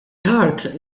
tard